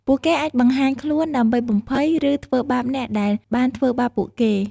ពួកគេអាចបង្ហាញខ្លួនដើម្បីបំភ័យ ឬធ្វើបាបអ្នកដែលបានធ្វើបាបពួកគេ។